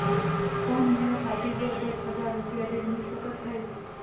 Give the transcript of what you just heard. कौन मोला शादी बर दस हजार रुपिया ऋण मिल सकत है?